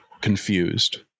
confused